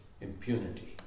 impunity